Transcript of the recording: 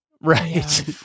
right